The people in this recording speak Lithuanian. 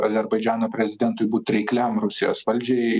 azerbaidžano prezidentui būt reikliam rusijos valdžiai